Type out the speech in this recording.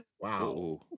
wow